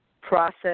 process